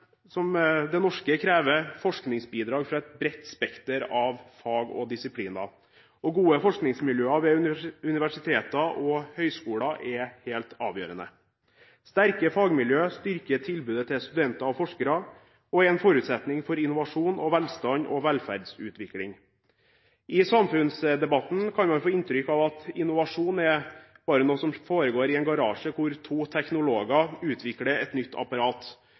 norske krever forskningsbidrag fra et bredt spekter av fag og disipliner. Gode forskningsmiljøer ved universiteter og høyskoler er helt avgjørende. Sterke fagmiljøer styrker tilbudet til studenter og forskere og er en forutsetning for innovasjon, velstand og velferdsutvikling. I samfunnsdebatten kan man få inntrykk av at innovasjon bare er noe som foregår i en garasje hvor to teknologer utvikler et nytt apparat.